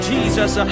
Jesus